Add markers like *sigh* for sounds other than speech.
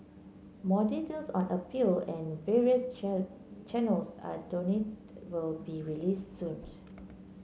more details on appeal and various *unintelligible* channels are donate will be released soon